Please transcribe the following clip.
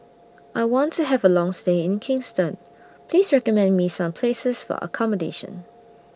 I want to Have A Long stay in Kingston Please recommend Me Some Places For accommodation